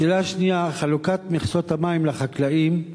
השאלה השנייה, חלוקת מכסות המים לחקלאים,